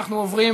אנחנו עוברים